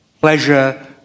pleasure